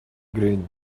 green